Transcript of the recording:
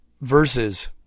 verses